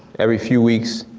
every few weeks.